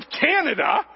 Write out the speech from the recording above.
Canada